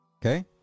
okay